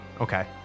Okay